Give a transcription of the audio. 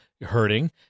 hurting